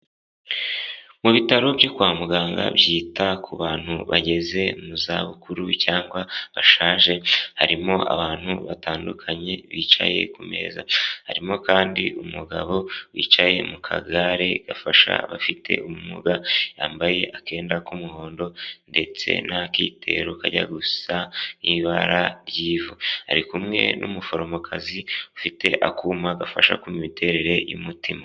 Mu bitaro byo kwa muganga byita ku bantu bageze mu zabukuru cyangwa bashaje, harimo abantu batandukanye bicaye ku meza, harimo kandi umugabo wicaye mu kagare gafasha abafite ubumuga yambaye akenda k'umuhondo ndetse n'akitero kajya gusa n'ibara ry'ivu ari kumwe n'umuforomokazi ufite akuma gafasha kumva miterere y'umutima.